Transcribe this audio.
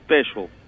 special